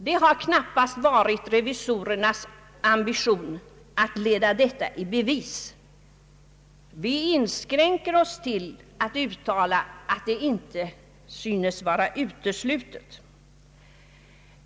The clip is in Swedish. Det har knappast varit revisorernas ambition att leda detta i bevis. Vi inskränker oss till att uttala att det inte synes vara uteslutet.